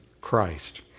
Christ